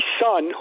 son